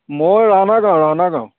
মই ৰাণা গাঁও ৰাণা গাঁও